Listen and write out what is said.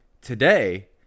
today